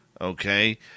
Okay